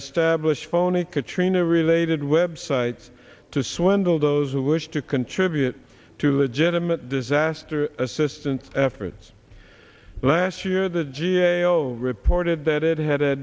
established phony katrina related websites to swindle those who wish to contribute to legitimately disaster assistance efforts last year the g a o reported that it had a